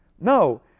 No